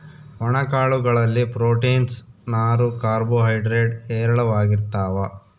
ಒಣ ಕಾಳು ಗಳಲ್ಲಿ ಪ್ರೋಟೀನ್ಸ್, ನಾರು, ಕಾರ್ಬೋ ಹೈಡ್ರೇಡ್ ಹೇರಳವಾಗಿರ್ತಾವ